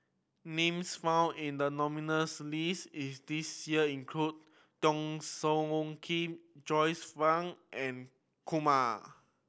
names found in the nominees' list is this year include Teo Soon Kim Joyce Fan and Kumar